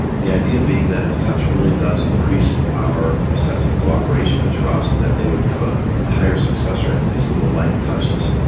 the idea being that if touch really does increase our sense of co-operation and trust that they would have a higher success rate with these little light touches.